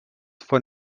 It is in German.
von